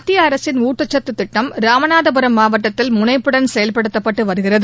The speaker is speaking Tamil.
மத்திய அரசின் ஊட்டக்கத்து திட்டம் ராமநாதபுரம் மாவட்டத்தில் முனைப்புடன் செயல்படுத்தப்பட்டு வருகிறது